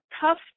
tough